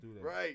Right